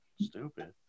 stupid